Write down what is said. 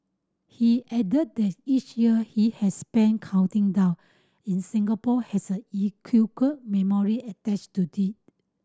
he added that each year he has spent counting down in Singapore has a memory attached to it